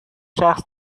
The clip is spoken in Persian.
شخص